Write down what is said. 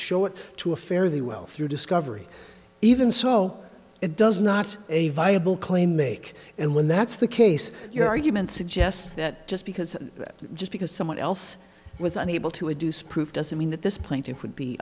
show it to a fare thee well through discovery even so it does not a viable claim make and when that's the case your argument suggests that just because just because someone else was unable to a duce proof doesn't mean that this plaintiff would be